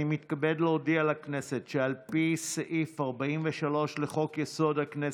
אני מתכבד להודיע לכנסת שעל פי סעיף 43 לחוק-יסוד: הכנסת,